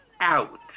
out